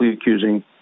accusing